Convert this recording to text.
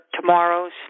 tomorrows